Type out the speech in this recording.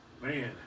Man